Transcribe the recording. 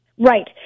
Right